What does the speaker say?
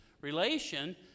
relation